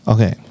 Okay